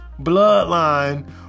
bloodline